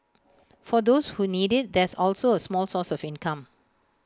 for those who need IT there's also A small source of income